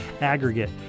aggregate